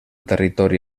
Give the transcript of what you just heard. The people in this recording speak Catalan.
territori